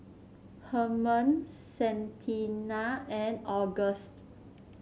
Hermann Santina and August